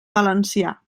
valencià